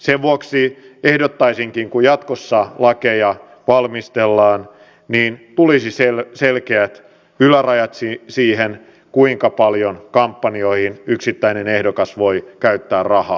sen vuoksi ehdottaisinkin että kun jatkossa lakeja valmistellaan niin tulisi selkeät ylärajat siihen kuinka paljon kampanjoihin yksittäinen ehdokas voi käyttää rahaa